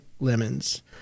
lemons